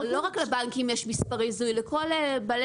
לא רק לבנקים יש מספרי זיהוי אלא לכל בעלי